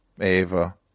Ava